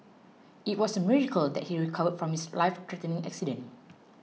it was a miracle that he recovered from his life threatening accident